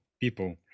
people